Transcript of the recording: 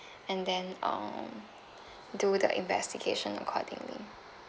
and then um do the investigation accordingly